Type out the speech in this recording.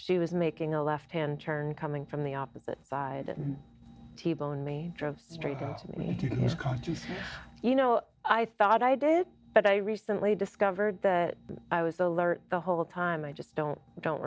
she was making a left hand turn coming from the opposite side and t boned me drove straight to me you know i thought i did but i recently discovered that i was alert the whole time i just don't don't